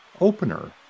opener